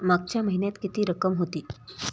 मागच्या महिन्यात किती रक्कम होती?